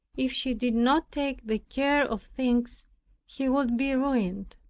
if she did not take the care of things he would be ruined.